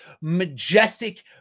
majestic